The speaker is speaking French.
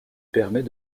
permet